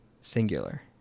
singular